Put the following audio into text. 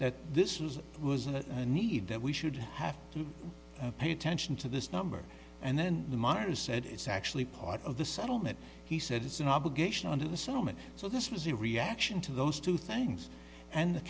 that this was it was a need that we should have to pay attention to this number and then the miners said it's actually part of the settlement he said it's an obligation under the summit so this was the reaction to those two things and the